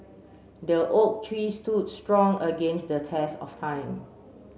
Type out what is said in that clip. the oak tree stood strong against the test of time